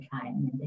time